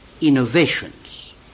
innovations